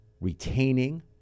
retaining